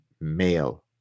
male